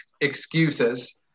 excuses